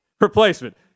replacement